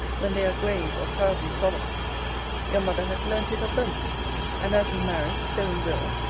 when they are grave or proudly solemn your mother has learnt it of them and as in marriage, so in will,